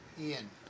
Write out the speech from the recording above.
Ian